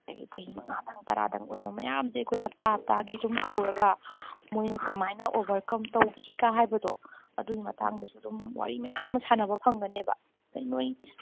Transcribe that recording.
ꯑꯗꯒꯤ ꯆꯍꯤ ꯃꯉꯥꯗꯪ ꯇꯔꯥꯗꯪ ꯑꯣꯏꯕ ꯃꯌꯥꯝꯁꯦ ꯑꯩꯈꯣꯏ ꯍꯞꯇꯥ ꯍꯞꯇꯒꯤ ꯑꯗꯨꯝ ꯀꯧꯔꯒ ꯃꯣꯏꯅ ꯀꯃꯥꯏꯅ ꯑꯣꯕꯔꯀꯝ ꯇꯧꯈꯤꯀꯥꯏꯅ ꯍꯥꯏꯕꯗꯣ ꯑꯗꯨꯒꯤ ꯃꯇꯥꯡꯗꯁꯨ ꯑꯗꯨꯝ ꯋꯥꯔꯤ ꯃꯌꯥꯝ ꯑꯃ ꯁꯥꯟꯅꯕ ꯐꯪꯒꯅꯦꯕ ꯑꯗꯒꯤ ꯅꯣꯏ